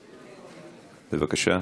בבקשה.